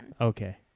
Okay